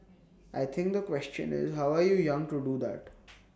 I think the question is how are you young to do that